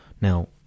Now